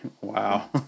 Wow